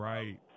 Right